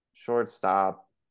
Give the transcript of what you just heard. Shortstop